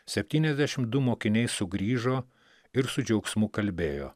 septyniasdešim du mokiniai sugrįžo ir su džiaugsmu kalbėjo